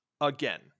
again